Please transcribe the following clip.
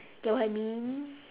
get what I mean